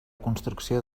construcció